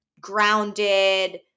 grounded